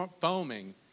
foaming